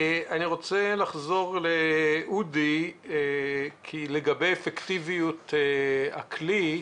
אני רוצה לחזור לאודי לגבי אפקטיביות הכלי.